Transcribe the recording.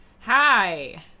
Hi